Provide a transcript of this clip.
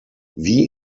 wie